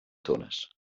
tones